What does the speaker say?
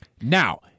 Now